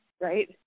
right